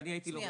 אני הייתי לוחם.